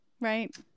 right